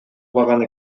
барган